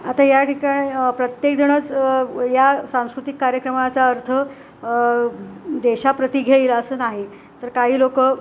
आता या ठिकाणी प्रत्येकजणच या सांस्कृतिक कार्यक्रमाचा अर्थ देशाप्रति घेईल असं नाही तर काही लोक